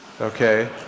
okay